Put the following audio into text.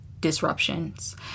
disruptions